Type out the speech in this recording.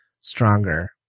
stronger